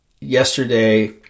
yesterday